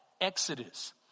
Exodus